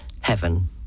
heaven